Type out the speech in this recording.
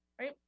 right